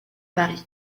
paris